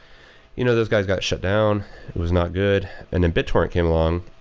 you know those guys got shut down. it was not good. and then bittorrent came along.